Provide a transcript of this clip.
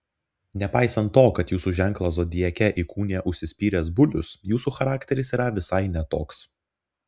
nepaisant to kad jūsų ženklą zodiake įkūnija užsispyręs bulius jūsų charakteris yra visai ne toks